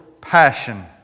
passion